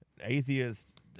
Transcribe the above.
Atheist